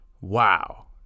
wow